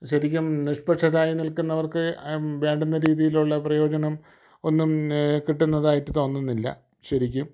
ശരിക്കും നിഷ്പക്ഷരായി നിൽക്കുന്നവർക്ക് വേണ്ടുന്ന രീതിയിലുള്ള പ്രയോജനം ഒന്നും കിട്ടുന്നതായിട്ട് തോന്നുന്നില്ല ശരിക്കും